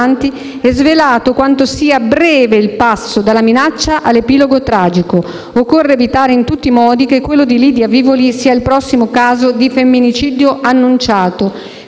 e svelato quanto sia breve il passo dalla minaccia all'epilogo tragico. Occorre evitare in tutti i modi che quello di Lidia Vivoli sia il prossimo caso di femminicidio annunciato.